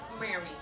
Mary